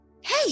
Hey